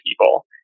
people